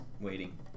waiting